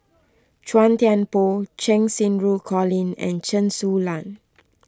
Chua Thian Poh Cheng Xinru Colin and Chen Su Lan